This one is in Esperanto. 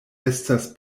estas